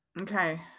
Okay